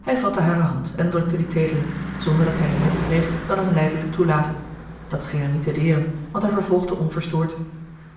hij vatte hare hand en drukte die teederlijk zonderdat hij meer verkreeg dan een lijdelijk toelaten dat scheen hem niet te deren want hij vervolgde onverstoord